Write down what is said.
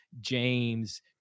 James